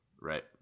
Right